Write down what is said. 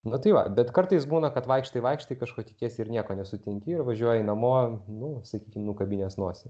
na tai va bet kartais būna kad vaikštai vaikštai kažko tikiesi ir nieko nesutinki ir važiuoji namo nu sakykim nukabinęs nosį